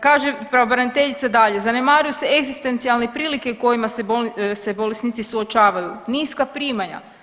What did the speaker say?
Kaže pravobraniteljica dalje, zanemaruju se egzistencijalne prilike s kojima se bolesnici suočavaju, niska primanja.